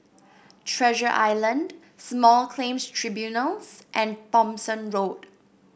Treasure Island Small Claims Tribunals and Thomson Road